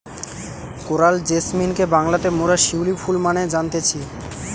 coral জেসমিনকে বাংলাতে মোরা শিউলি ফুল মানে জানতেছি